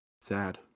Sad